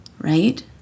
Right